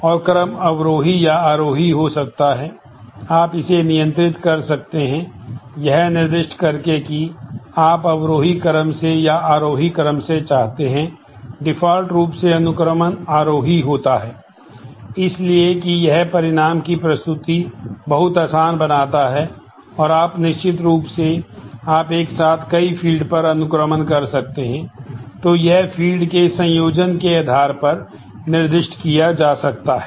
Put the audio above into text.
और क्रम अवरोही या आरोही हो सकता है आप इसे नियंत्रित कर सकते हैं यह निर्दिष्ट करके कि आप अवरोही क्रम से या आरोही क्रम से चाहते हैं डिफ़ॉल्ट के संयोजन के आधार पर निर्दिष्ट किया जा सकता है